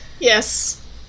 Yes